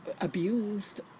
abused